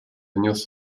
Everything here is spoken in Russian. внес